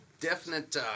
definite